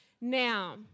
now